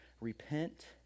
Repent